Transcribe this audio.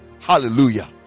Hallelujah